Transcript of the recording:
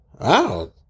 wow